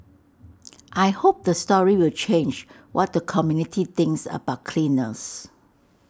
I hope the story will change what the community thinks about cleaners